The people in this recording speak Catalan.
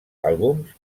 àlbums